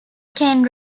can